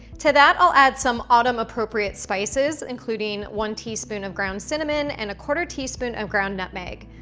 to that i'll add some autumn-appropriate spices, including one teaspoon of ground cinnamon and a quarter teaspoon of ground nutmeg,